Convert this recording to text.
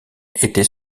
était